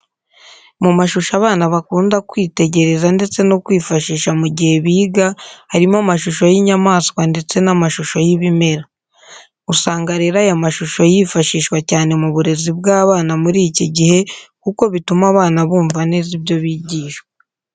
Mu mashusho abana bakunda kwitegereza ndetse no kwifashisha mu gihe biga harimo amashusho y'inyamaswa ndetse n'amashusho y'ibimera. Usanga rero aya mashusho yifashishwa cyane mu burezi bw'abana muri iki gihe kuko bituma abana bumva neza ibyo bigishwa.